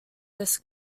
this